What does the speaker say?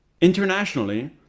Internationally